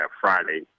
Friday